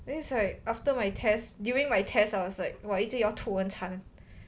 then it's like after my test during my test I was like 一直要吐很惨